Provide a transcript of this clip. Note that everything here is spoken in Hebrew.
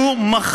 פשע, פשע, פשע.